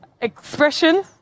Expression